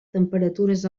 temperatures